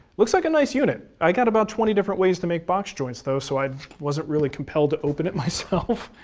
looks like a nice unit. i got about twenty different ways to make box joints though, so i wasn't really compelled to open it myself,